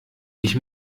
ich